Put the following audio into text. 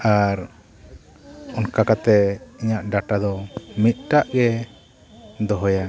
ᱟᱨ ᱚᱱᱠᱟ ᱠᱟᱛᱮ ᱤᱧᱟᱹᱜ ᱰᱟᱴᱟ ᱫᱚ ᱢᱤᱫᱴᱟᱝ ᱜᱮ ᱫᱚᱦᱚᱭᱟ